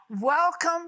Welcome